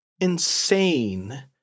insane